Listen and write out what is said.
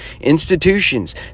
institutions